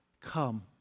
Come